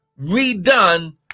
redone